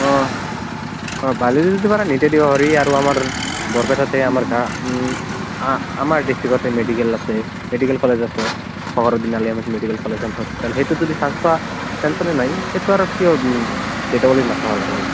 অ' নিজে দিব পাৰি আৰু আমাৰ বৰপেটাতে আমাৰ আ আমাৰ ডিষ্ট্ৰিক্টতে মেডিকেল আছে মেডিকেল কলেজ আছে Fakhruddin Ali Ahmed medical college and hospital সেইটোত যদি চাঞ্চ পোৱা টেনশ্যনেই নাই সেইটো আৰু কিয় জে ডাবুল ইত মাথা মাৰিব লাগে